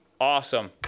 Awesome